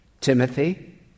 Timothy